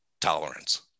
tolerance